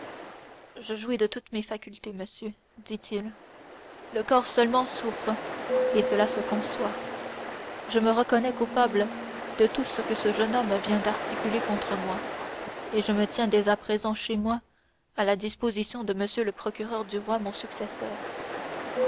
je jouis de toutes mes facultés monsieur dit-il le corps seulement souffre et cela se conçoit je me reconnais coupable de tout ce que ce jeune homme vient d'articuler contre moi et je me tiens chez moi à la disposition de m le procureur du roi mon successeur